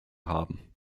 haben